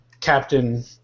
Captain